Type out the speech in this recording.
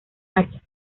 hacha